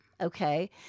Okay